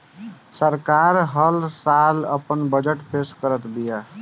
सरकार हल साल आपन बजट पेश करत बिया